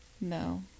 No